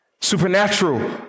Supernatural